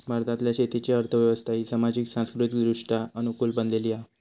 भारतातल्या शेतीची अर्थ व्यवस्था ही सामाजिक, सांस्कृतिकदृष्ट्या अनुकूल बनलेली हा